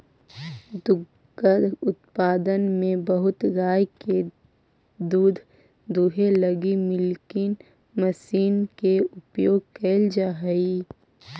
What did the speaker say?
दुग्ध उत्पादन में बहुत गाय के दूध दूहे लगी मिल्किंग मशीन के उपयोग कैल जा हई